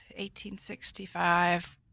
1865